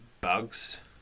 bugs